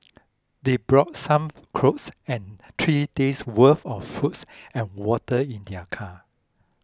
they brought some clothes and three days' worth of foods and water in their car